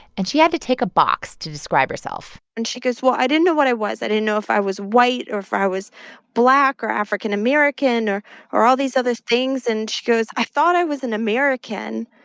and she had to tick a box to describe herself and she goes, well, i didn't know what i was. i didn't know if i was white or if i was black or african-american or or all these other things. and she goes, i thought i was an american.